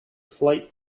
flight